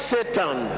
Satan